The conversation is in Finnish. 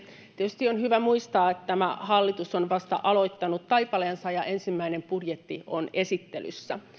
tietysti on hyvä muistaa että tämä hallitus on vasta aloittanut taipaleensa ja ensimmäinen budjetti on esittelyssä